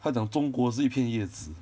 他讲中国是一片叶子